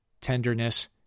tenderness